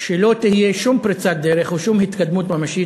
שלא תהיה שום פריצת דרך או שום התקדמות ממשית